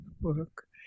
work